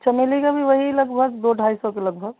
चमेली का भी वही लगभग दो ढाई सौ के लगभग